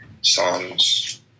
songs